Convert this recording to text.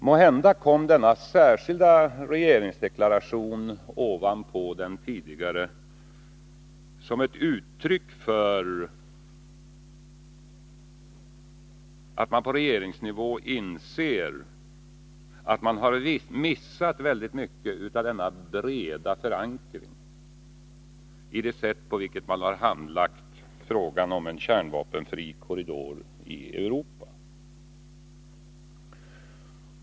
Måhända kom denna särskilda regeringsdeklaration ovanpå den tidigare som ett uttryck för att man på regeringsnivå inser att man har missat väldigt mycket av den breda förankringen genom det sätt på vilket man handlagt frågan om en kärnvapenfri korridor i Europa.